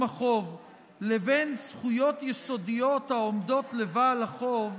החוב לבין זכויות יסודיות העומדות לבעל החוב,